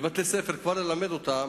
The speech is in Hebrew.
כבר בבתי-ספר, יש ללמד אותם